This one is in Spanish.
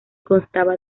constaba